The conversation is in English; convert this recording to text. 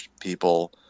people